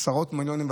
עשרות מיליונים,